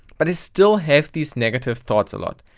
but i still have these negative thoughts a lot.